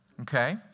okay